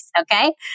Okay